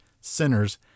sinners